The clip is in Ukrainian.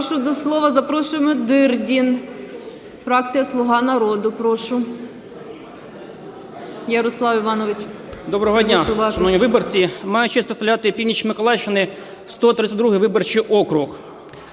Доброго дня, шановні виборці! Маю честь представляти північ Миколаївщини, 132 виборчий округ.